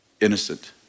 innocent